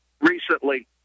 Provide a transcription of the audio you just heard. recently